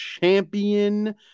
champion